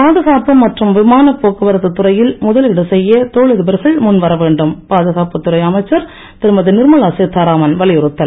பாதுகாப்பு மற்றும் விமான போக்குவரத்து துறையில் முதலீடு செய்ய தொழிலதிபர்கள் முன் வர வேண்டும் பாதுகாப்பு துறை அமைச்சர் திருமதி நிர்மலா சீத்தாராமன் வலியுறுத்தல்